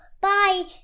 bye